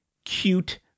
Cute